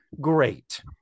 Great